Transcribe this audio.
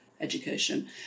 education